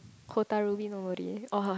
nobody !wah!